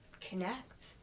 connect